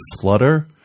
flutter